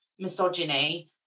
Misogyny